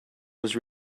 was